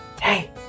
hey